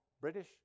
british